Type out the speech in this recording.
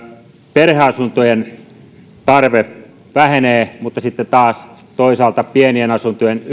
perheasuntojen tarve vähenee mutta sitten taas toisaalta pienien asuntojen